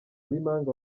b’impanga